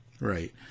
Right